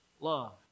love